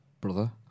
brother